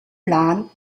plan